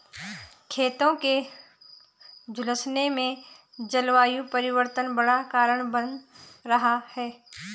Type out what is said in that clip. खेतों के झुलसने में जलवायु परिवर्तन बड़ा कारण बन रहा है